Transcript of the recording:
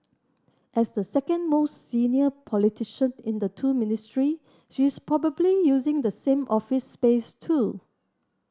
as the second most senior politician in the two Ministry she is probably using the same office space too